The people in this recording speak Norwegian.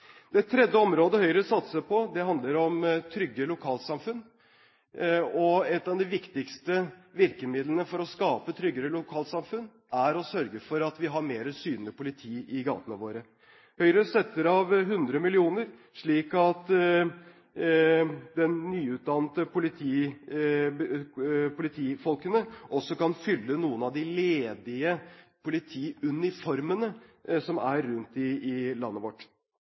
Det tredje området Høyre satser på, handler om trygge lokalsamfunn. Et av de viktigste virkemidlene for å skape tryggere lokalsamfunn er å sørge for at vi har mer synlig politi i gatene våre. Høyre setter av 100 mill. kr, slik at de nyutdannede politifolkene også kan fylle noen av de ledige politiuniformene som er rundt om i landet vårt.